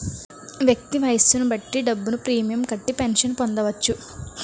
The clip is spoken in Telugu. వ్యక్తి వయస్సును బట్టి డబ్బులు ప్రీమియం కట్టి పెన్షన్ పొందవచ్చు